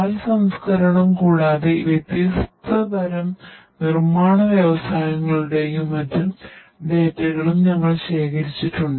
പാൽ സംസ്കരണം കൂടാതെ വ്യത്യസ്ത തരം നിർമ്മാണ വ്യവസായങ്ങളുടെയും മറ്റും ഡാറ്റകളും ഞങ്ങൾ ശേഖരിച്ചിട്ടുണ്ട്